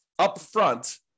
upfront